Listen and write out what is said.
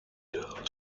jail